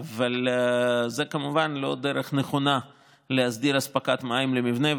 אבל זו כמובן לא דרך נכונה להסדיר אספקת מים למבנה,